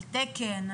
על תקן,